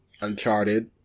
Uncharted